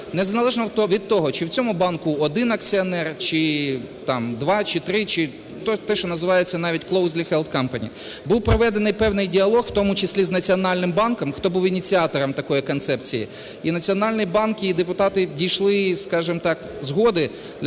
незалежно від того, чи в цьому банку один акціонер, чи два, чи три, чи те, що називається навіть closely held company. Був проведений певний діалог, в тому числі з Національним банком, хто був ініціатором такої концепції, і Національний банк, і депутати дійшли, скажемо так, згоди